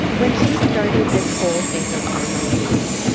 when she started this whole thing of online dating,